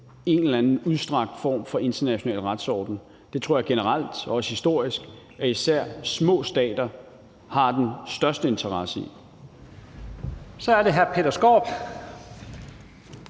en eller anden udstrakt form for international retsorden. Det tror jeg generelt, også historisk, at især små stater har den største interesse i. Kl. 14:51 Første